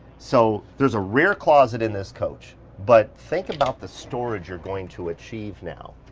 so there's a rear closet in this coach, but think about the storage you're going to achieve now,